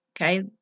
okay